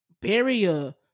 barrier